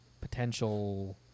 potential